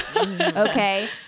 okay